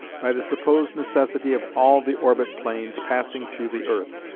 by the supposed necessity of all the orbit planes passing through the earth,